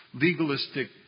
legalistic